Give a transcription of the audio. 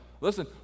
Listen